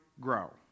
grow